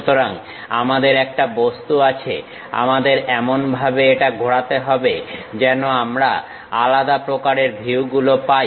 সুতরাং আমাদের একটা বস্তু আছে আমাদের এমনভাবে এটা ঘোরাতে হবে যেন আমরা আলাদা প্রকারের ভিউগুলো পাই